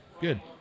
Good